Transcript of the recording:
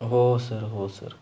हो सर हो सर